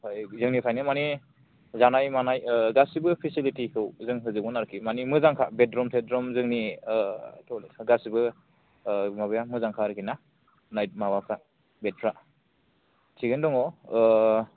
ओमफ्राय जोंनिफ्रायनो माने जानाय मानाय गासैबो फेसिलिटि खौ जों होजोबगोन आरोकि माने मोजांखा बेदरुम सेदरुम जोंनि टयलेट फोरा गासैबो माबाया मोजांखा आरोकि ना नाइट माबाफोरा बेद फोरा थिगैनो दङ